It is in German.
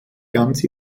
ganz